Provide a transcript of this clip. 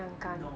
no